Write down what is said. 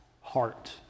heart